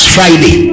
Friday